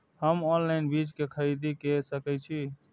हम ऑनलाइन बीज के खरीदी केर सके छी?